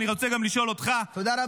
אני רוצה גם לשאול אותך -- תודה רבה,